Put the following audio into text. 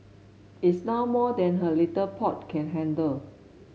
it's now more than her little pot can handle